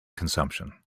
consumption